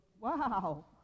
wow